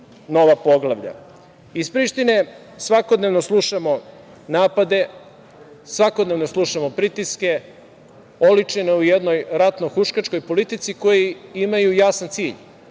nova poglavlja. Iz Prištine svakodnevno slušamo napade, svakodnevno slušamo pritiske, oličene u jednoj ratnoj huškačkoj politici, koji imaju jasan cilj,